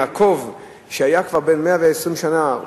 יעקב שהיה בן 120 שנה,